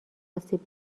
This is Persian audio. آسیب